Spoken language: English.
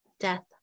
death